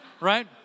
right